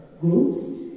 groups